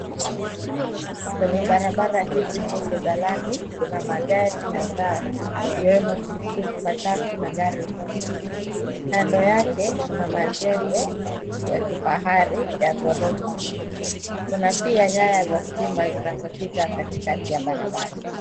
Kwenye barabara hizi mbili za lami, kuna magari kadhaa ikiwemo tuktuk, matatu na gari ndogo. Kando yake kuna majengo ya kifahari ya ghorofa, kuna pia nyaya za stima zinazopita katikati ya barabara.